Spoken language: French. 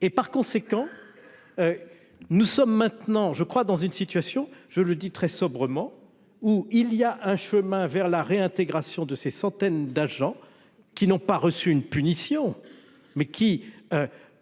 et par conséquent nous sommes maintenant, je crois, dans une situation, je le dis très sobrement, où il y a un chemin vers la réintégration de ces centaines d'agents qui n'ont pas reçu une punition mais qui